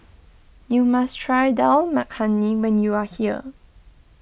you must try Dal Makhani when you are here